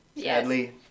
sadly